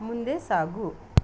ಮುಂದೆ ಸಾಗು